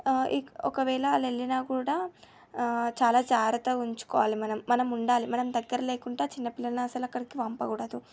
ఒకవేళ వాళ్ళు వెళ్ళినా కూడా చాలా జాగ్రత్తగా ఉంచుకోవాలి మనం ఉండాలి మనం దగ్గర లేకుంటా చిన్నపిల్లలని అసలు అక్కడకి పంపకూడదు